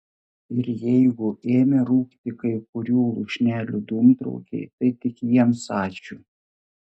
ir jeigu ėmė rūkti kai kurių lūšnelių dūmtraukiai tai tik jiems ačiū